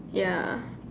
ya